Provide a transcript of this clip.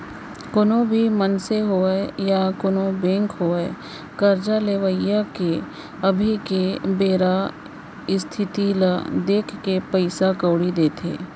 कोनो भी मनसे होवय या कोनों बेंक होवय करजा लेवइया के अभी के बेरा इस्थिति ल देखके पइसा कउड़ी देथे